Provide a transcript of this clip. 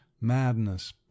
madness